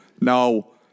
No